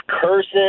cursing